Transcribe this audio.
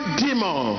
demon